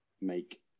make